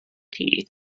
tea